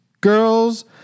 girls